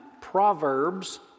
Proverbs